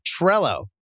Trello